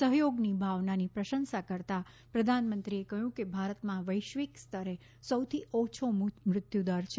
સહયોગની ભાવનાની પ્રશંસા કરતાં પ્રધાનમંત્રીએ કહ્યું કે ભારતમાં વૈશ્વિક સ્તરે સૌથી ઓછો મૃત્યુદર રહ્યો છે